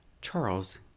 Charles